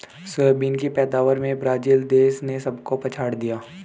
soybean की पैदावार में ब्राजील देश ने सबको पछाड़ दिया